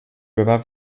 river